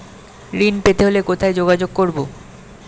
ঋণ পেতে হলে কোথায় যোগাযোগ করব?